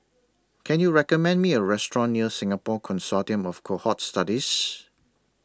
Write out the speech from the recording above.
Can YOU recommend Me A Restaurant near Singapore Consortium of Cohort Studies